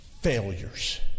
failures